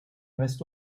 reste